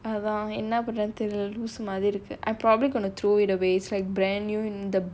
அதான் என்னன்னே தெரியல:adhaan ennaanae theriyala lose money I probably going to throw it away it's like brand new in the packaging